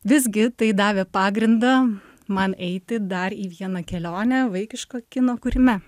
visgi tai davė pagrindą man eiti dar į vieną kelionę vaikiško kino kūrime